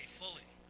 fully